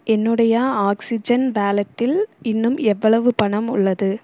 என்னுடைய ஆக்ஸிஜன் வாலெட்டில் இன்னும் எவ்வளவு பணம் உள்ளது